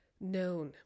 known